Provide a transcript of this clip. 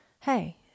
hey